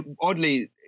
oddly